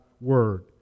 Word